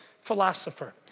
philosopher